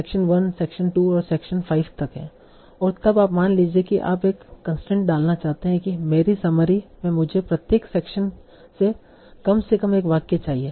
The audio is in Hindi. सेक्शन 1 सेक्शन 2 और सेक्शन 5 तक है और अब मान लीजिए कि आप एक कंसट्रेंट डालना चाहते हैं कि मेरे समरी में मुझे प्रत्येक सेक्शन से कम से कम एक वाक्य चाहिए